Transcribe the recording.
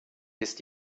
ist